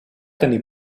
tenir